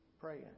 praying